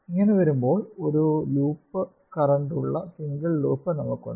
ഇങ്ങിനെ വരുമ്പോൾ ഒരു ലൂപ്പ് കറന്റുള്ള സിംഗിൾ ലൂപ്പ് നമുക്കുണ്ട്